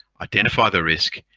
identify the risk,